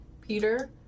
Peter